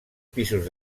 pisos